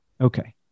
Okay